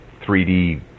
3D